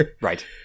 Right